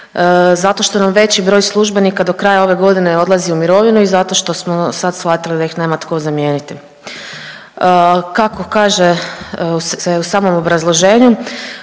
zato što nam veći broj službenika do kraja ove godine odlazi u mirovinu i zato što smo sad shvatili da ih nema tko zamijeniti. Kako kaže se u samom obrazloženju,